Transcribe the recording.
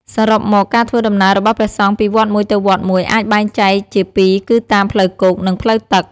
សរុបមក ការធ្វើដំណើររបស់ព្រះសង្ឃពីវត្តមួយទៅវត្តមួយអាចបែងចែកជាពីរគឺតាម ផ្លូវគោក និងផ្លូវទឹក។